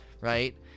right